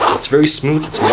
it's very smooth,